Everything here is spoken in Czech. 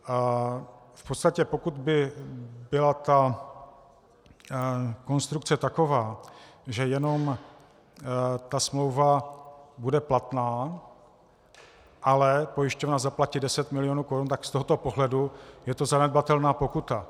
V podstatě pokud by byla ta konstrukce taková, že jenom ta smlouva bude platná, ale pojišťovna zaplatí 10 mil. korun, tak z tohoto pohledu je to zanedbatelná pokuta.